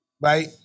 right